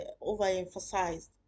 overemphasized